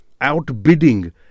outbidding